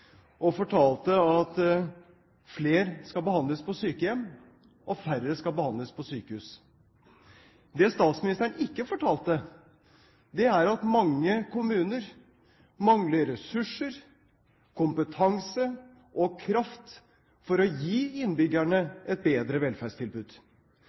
og fortalte at flere skal behandles på sykehjem og færre skal behandles på sykehus. Det statsministeren ikke fortalte, er at mange kommuner mangler ressurser, kompetanse og kraft til å gi